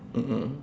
mm mm